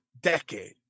decade